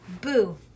Boo